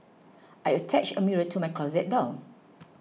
I attached a mirror to my closet door